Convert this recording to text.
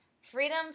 freedom